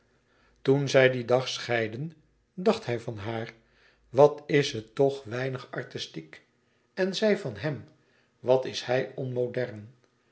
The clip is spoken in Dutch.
toen zij dien dag scheidden dacht hij van haar wat is ze toch weinig artistiek en zij van hem wat is hij onmodern